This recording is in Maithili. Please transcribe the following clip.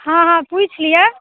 हँ हँ पूछि लिअ